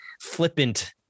flippant